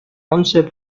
once